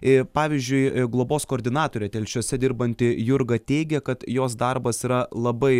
ir pavyzdžiui globos koordinatore telšiuose dirbanti jurga teigė kad jos darbas yra labai